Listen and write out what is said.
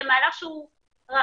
זה מהלך שהוא רחב,